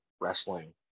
wrestling